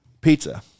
Pizza